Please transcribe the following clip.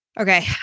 Okay